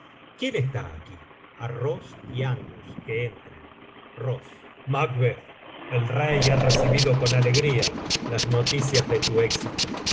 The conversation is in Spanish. quién está aquí a ross y angus que entran ross macbeth el rey ha recibido con alegría las noticias de tu éxito